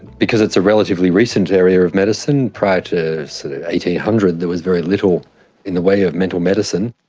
because it's a relatively recent area of medicine. prior to sort of eight eight hundred there was very little in the way of mental medicine.